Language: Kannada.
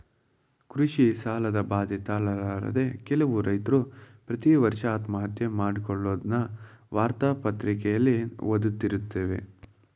ಕೃಷಿ ಸಾಲದ ಬಾಧೆ ತಾಳಲಾರದೆ ಕೆಲವು ರೈತ್ರು ಪ್ರತಿವರ್ಷ ಆತ್ಮಹತ್ಯೆ ಮಾಡಿಕೊಳ್ಳದ್ನ ವಾರ್ತಾ ಪತ್ರಿಕೆಲಿ ಓದ್ದತಿರುತ್ತೇವೆ